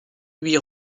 lui